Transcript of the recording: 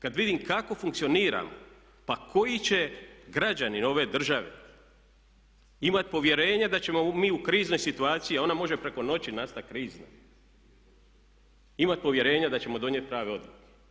Kada vidim kako funkcioniramo pa koji će građanin ove države imati povjerenja da ćemo mi u kriznoj situaciji a ona može preko noći nastati krizna imati povjerenja da ćemo donijeti prave odluke.